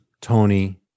Tony